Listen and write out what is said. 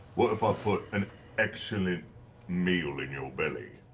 what if i put an excellent meal in your belly,